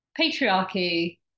patriarchy